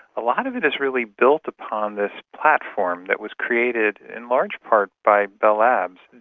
a lot of it is really built upon this platform that was created in large part by bell labs.